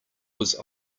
was